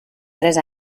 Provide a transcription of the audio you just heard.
tres